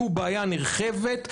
שהוא בעיה נרחבת,